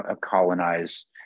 colonize